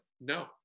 no